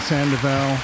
Sandoval